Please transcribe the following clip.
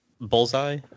Bullseye